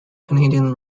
canadian